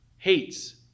hates